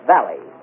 Valley